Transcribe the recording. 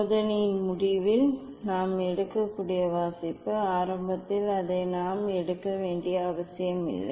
சோதனையின் முடிவில் நாம் எடுக்கக்கூடிய வாசிப்பு ஆரம்பத்தில் அதை நாம் எடுக்க வேண்டிய அவசியமில்லை